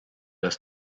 das